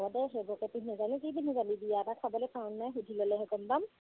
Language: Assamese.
হ'ব দে সেইবোৰকে পিন্ধি নাযায় কি পিন্ধি যাবি বিয়া বা খাবলৈ পাওঁ নাই সুধি ল'লেহে গ'ম পাম